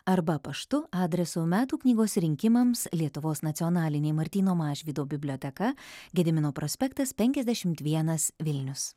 arba paštu adresu metų knygos rinkimams lietuvos nacionalinė martyno mažvydo biblioteka gedimino prospektas penkiasdešimt vienas vilnius